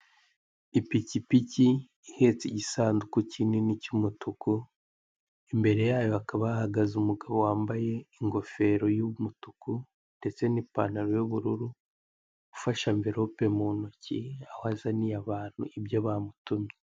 Ipikipiki ihetse igisanduku kinini cy'umutuku imbere yayo hakaba hahagaze umugabo wambaye ingofero y'umutuku ndetse n'ipantalo y'ubururu ufashe amvirope mu ntoki aho azaniye abantu ibyo bamutumye.